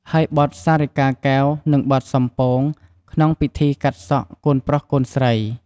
ហើយបទសារិកាកែវ និងបទសំពោង ក្នុងពិធីកាត់សក់កូនប្រុសកូនស្រី។